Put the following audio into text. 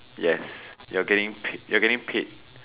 yes you're getting paid you're getting paid